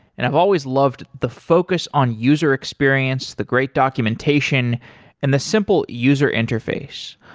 and i've always loved the focus on user experience, the great documentation and the simple user interface.